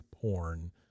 porn